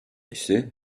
ise